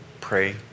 Pray